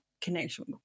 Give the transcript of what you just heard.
connection